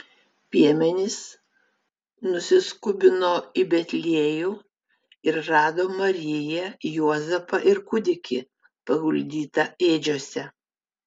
piemenys nusiskubino į betliejų ir rado mariją juozapą ir kūdikį paguldytą ėdžiose